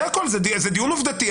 זה דיון עובדתי,